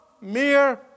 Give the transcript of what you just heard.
mere